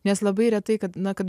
nes labai retai kad na kad